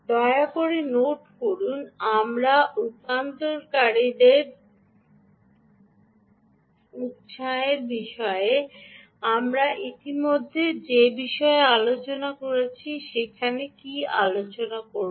দয়া করে নোট করুন রূপান্তরকারীদের উত্সাহের বিষয়ে আমরা ইতিমধ্যে যে বিষয়ে আলোচনা করেছি সেখানে কী আলোচনা করব